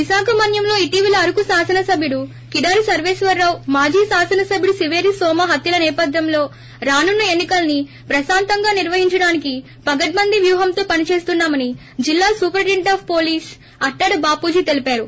విశాఖ మన్నంలో ఇటీవల అరకు శాసనసభ్యుడు కిడారి సర్వేశ్వరరావు మాజీ శాసనసభ్యుడు సిపేరి నోమ హత్యల నేపథ్యంలో రానున్న ఎన్ని కలని ప్రకాంతంగా నిర్వహించడానికి పగడ్బందీ ప్యూహంతో పని చేస్తున్నామని జిల్లా superintendent of police Attada Bapuji తెలిపారు